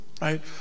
right